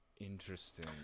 Interesting